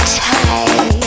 tight